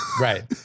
Right